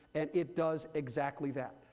and it does exactly that.